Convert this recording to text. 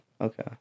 Okay